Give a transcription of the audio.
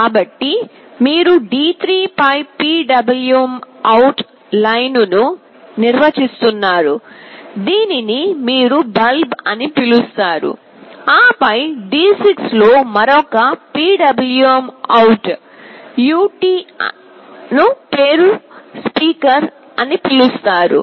కాబట్టి మీరు D3 పై Pwm Out లైన్ను నిర్వచిస్తున్నారు దీనిని మీరు "బల్బ్" అని పిలుస్తారు ఆపై D6 లో మరొక PwmOut ut ను మీరు "స్పీకర్" అని పిలుస్తారు